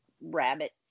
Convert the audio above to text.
rabbit